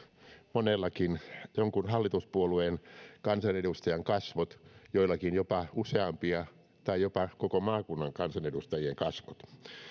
monellakin jonkun hallituspuolueen kansanedustajan kasvot joillakin jopa useampia tai jopa koko maakunnan kansanedustajien kasvot